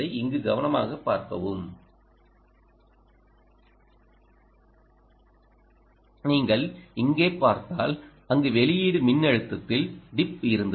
இங்கு கவனமாக பார்க்கவும் நீங்கள் இங்கே பார்த்தால் அங்கு வெளியீடு மின்னழுத்தத்தில் டிப் இருந்தது